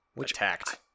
attacked